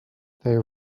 they